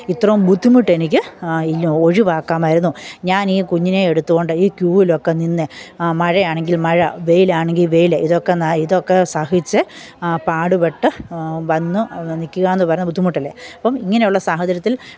ഇത്രയും ബുദ്ധിമുട്ട് എനിക്ക് ഇല്ല ഒഴിവാക്കാമായിരുന്നു ഞാനീ കുഞ്ഞിനെ എടുത്തുകൊണ്ട് ഈ ക്യൂവിലൊക്കെ നിന്ന് മഴ ആണെങ്കില് മഴ വെയിലാണെങ്കിൽ വെയിൽ ഇതൊക്കെ ന ഇതൊക്കെ സഹിച്ച് പാടുപെട്ട് വന്നു നിൽക്കുക എന്ന് പറയുന്നത് ബുദ്ധിമുട്ടല്ലേ അപ്പം ഇങ്ങനെയുള്ള സാഹചര്യത്തില്